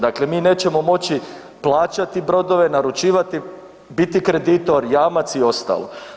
Dakle, mi nećemo moći plaćati brodove, naručivati, biti kreditor, jamac i ostalo.